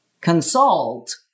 consult